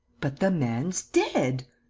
but the man's dead!